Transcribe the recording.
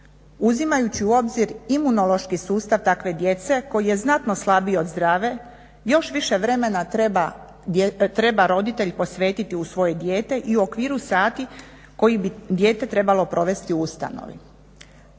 Uzimajući u obzir imunološki sustav takve djece koji je znatno slabiji od zdrave, još više vremena treba roditelj posvetiti u svoje dijete i u okviru sati koje bi dijete trebalo provesti u ustanovi.